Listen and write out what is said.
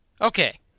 Okay